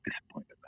disappointed